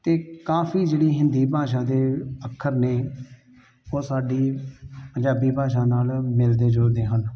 ਅਤੇ ਕਾਫੀ ਜਿਹੜੇ ਹਿੰਦੀ ਭਾਸ਼ਾ ਦੇ ਅੱਖਰ ਨੇ ਉਹ ਸਾਡੀ ਪੰਜਾਬੀ ਭਾਸ਼ਾ ਨਾਲ ਮਿਲਦੇ ਜੁਲਦੇ ਹਨ